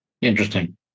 Interesting